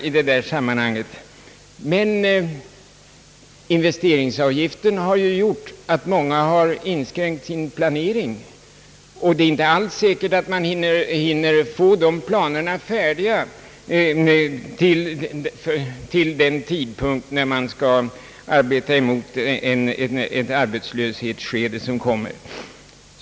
Investeringsavgiften har emellertid medfört att många kommuner och andra har inskränkt sin planering, och det är inte alls säkert att man hinner få planerna färdiga till den tidpunkt då man behöver sätta i gång arbetena för att komma till rätta med den = arbetslöshetssituation som kan komma.